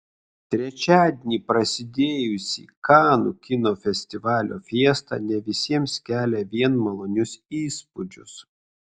trečiadienį prasidėjusi kanų kino festivalio fiesta ne visiems kelia vien malonius įspūdžius